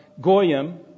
Goyim